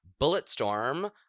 Bulletstorm